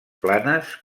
planes